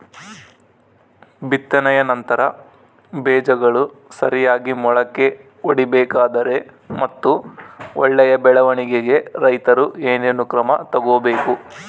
ಬಿತ್ತನೆಯ ನಂತರ ಬೇಜಗಳು ಸರಿಯಾಗಿ ಮೊಳಕೆ ಒಡಿಬೇಕಾದರೆ ಮತ್ತು ಒಳ್ಳೆಯ ಬೆಳವಣಿಗೆಗೆ ರೈತರು ಏನೇನು ಕ್ರಮ ತಗೋಬೇಕು?